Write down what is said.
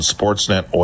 Sportsnet